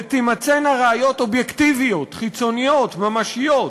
ותימצאנה ראיות אובייקטיביות, חיצוניות, ממשיות.